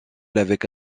nouvelle